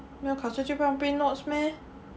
没有考试就不用 print notes meh